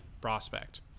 prospect